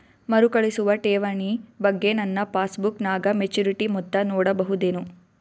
ಮರುಕಳಿಸುವ ಠೇವಣಿ ಬಗ್ಗೆ ನನ್ನ ಪಾಸ್ಬುಕ್ ನಾಗ ಮೆಚ್ಯೂರಿಟಿ ಮೊತ್ತ ನೋಡಬಹುದೆನು?